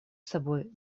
собой